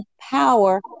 power